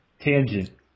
Tangent